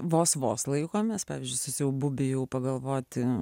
vos vos laikomės pavyzdžiui su siaubu bijau pagalvoti